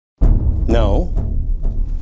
No